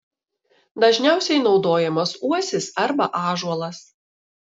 dažniausiai naudojamas uosis arba ąžuolas